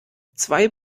zwei